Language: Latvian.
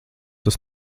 tas